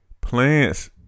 plants